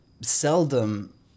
seldom